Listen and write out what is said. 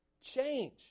change